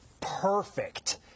perfect